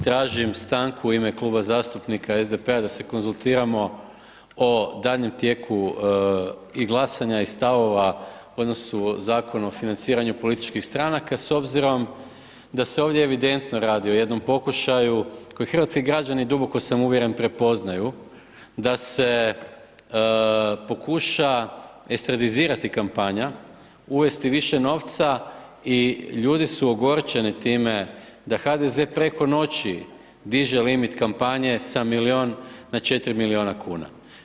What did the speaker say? Tražim stanku u ime Kluba zastupnika SDP-a da se konzultiramo o daljnjem tijeku i glasanja i stavova u odnosu Zakona o financiranju političkih stranaka, s obzirom da se ovdje evidentno radi o jednom pokušaju koji hrvatski građani, duboko sam uvjeren prepoznaju, da se pokuša ... kampanja, uvesti više novca, i ljudi su ogorčeni time da HDZ preko noći diže limit kampanje sa milijun na četiri milijuna kuna.